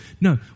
No